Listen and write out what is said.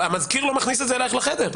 והמזכיר אפילו לא מכניס את זה אלייך לחדר.